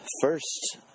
first